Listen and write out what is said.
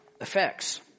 effects